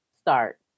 start